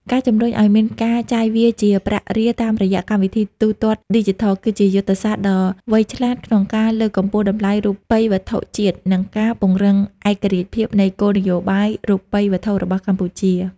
ការជម្រុញឱ្យមានការចាយវាយជាប្រាក់រៀលតាមរយៈកម្មវិធីទូទាត់ឌីជីថល គឺជាយុទ្ធសាស្ត្រដ៏វៃឆ្លាតក្នុងការលើកកម្ពស់តម្លៃរូបិយវត្ថុជាតិ និងការពង្រឹងឯករាជ្យភាពនៃគោលនយោបាយរូបិយវត្ថុរបស់កម្ពុជា។